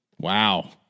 Wow